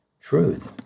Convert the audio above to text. truth